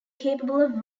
capable